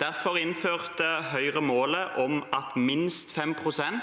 Derfor innførte Høyre målet om at minst 5 pst.